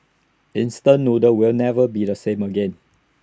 instant noodles will never be the same again